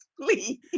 please